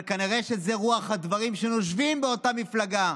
אבל כנראה שזו רוח הדברים שנושבת באותה מפלגה,